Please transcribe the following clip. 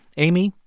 amy,